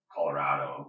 Colorado